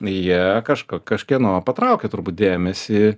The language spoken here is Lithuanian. jie kažko kažkieno patraukia turbūt dėmesį